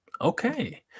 Okay